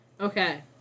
Okay